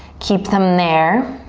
keep them there.